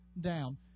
down